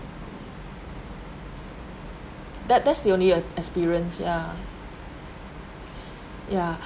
that that's the only uh experience ya ya